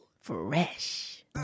fresh